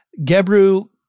Gebru